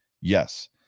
Yes